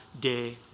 day